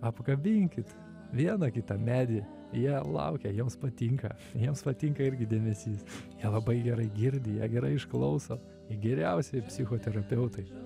apkabinkit vieną kitą medį jie laukia jiems patinka jiems patinka irgi dėmesys jie labai gerai girdi jei gerai išklauso jie geriausi psichoterapeutai